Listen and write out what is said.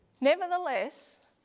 Nevertheless